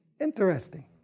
Interesting